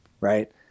right